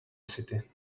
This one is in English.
city